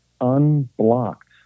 unblocked